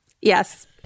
Yes